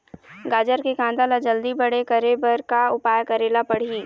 गाजर के कांदा ला जल्दी बड़े करे बर का उपाय करेला पढ़िही?